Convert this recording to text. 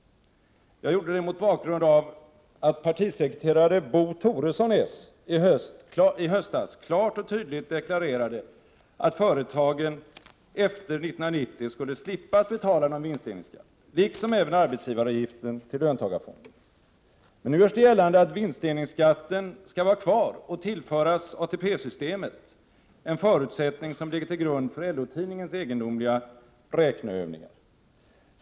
Jag gjorde det mot bakgrund av att den socialdemokratiske partisekreteraren Bo Toresson i höstas klart och tydligt deklarerade att företagen efter 1990 skulle slippa att betala någon vinstdelningsskatt, liksom arbetsgivaravgiften till löntagarfonderna. Nu görs gällande att vinstdelningsskatten skall vara kvar och tillföras ATP-systemet, något som också ligger till grund för LO-tidningens egendomliga räkneövningar.